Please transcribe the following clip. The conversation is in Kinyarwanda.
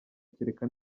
kereka